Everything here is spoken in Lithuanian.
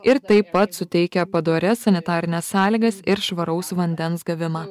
ir taip pat suteikia padorias sanitarines sąlygas ir švaraus vandens gavimą